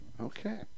Okay